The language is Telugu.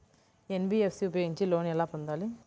ఎన్.బీ.ఎఫ్.సి ఉపయోగించి లోన్ ఎలా పొందాలి?